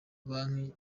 banki